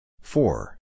Four